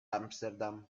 amsterdam